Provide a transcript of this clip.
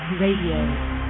Radio